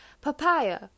Papaya